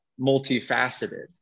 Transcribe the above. multifaceted